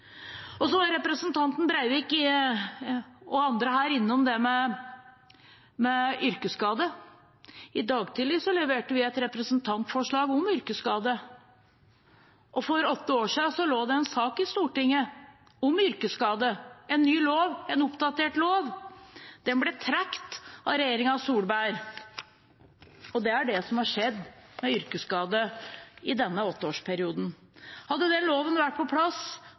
og arbeidstakerne. Representanten Breivik og andre her har vært innom det med yrkesskade. I dag tidlig leverte vi et representantforslag om yrkesskade. Og for åtte år siden lå det en sak i Stortinget om yrkesskade – en ny lov, en oppdatert lov. Den ble trukket av regjeringen Solberg. Og det er det som har skjedd med yrkesskade i denne åtteårsperioden. Hadde den loven vært på plass,